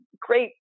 great